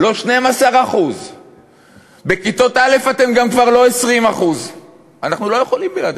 לא 12%; בכיתות א' אתם גם כבר לא 20%. אנחנו לא יכולים בלעדיכם,